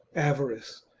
avarice,